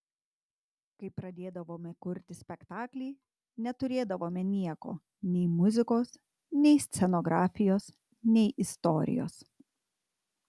kai pradėdavome kurti spektaklį neturėdavome nieko nei muzikos nei scenografijos nei istorijos